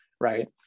right